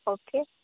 okay